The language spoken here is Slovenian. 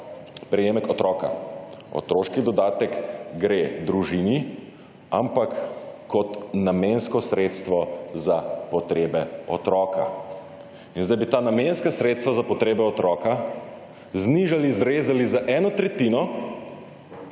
prejemek otroka, otroški dodatek gre družini, ampak kot namensko sredstvo za potrebe otroka. In zdaj bi ta namenska sredstva za potrebe otroka znižali, zrezali za eno tretjino,